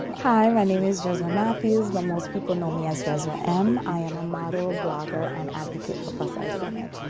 hi, my name is jezra matthews, but most people know me as jezra m. i am a model, blogger, and advocate for plus size women.